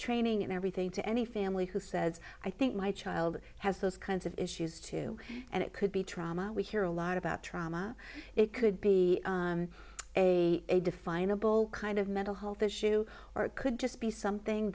training and everything to any family who says i think my child has those kinds of issues too and it could be trauma we hear a lot about trauma it could be a definable kind of mental health issue or it could just be something